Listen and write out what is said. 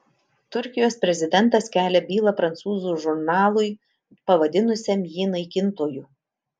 turkijos prezidentas kelia bylą prancūzų žurnalui pavadinusiam jį naikintoju